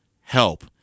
help